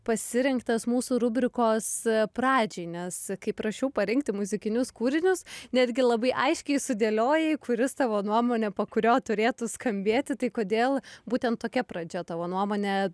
pasirinktas mūsų rubrikos pradžiai nes kai prašiau parinkti muzikinius kūrinius netgi labai aiškiai sudėliojai kuris tavo nuomone po kurio turėtų skambėti tai kodėl būtent tokia pradžia tavo nuomone